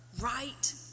right